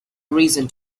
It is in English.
reason